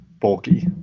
bulky